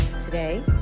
Today